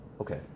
Okay